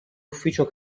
ufficio